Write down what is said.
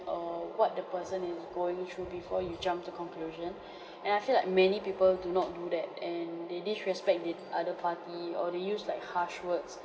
or what the person is going through before you jump to conclusion and I feel like many people do not do that and they disrespect the other party or they use like harsh words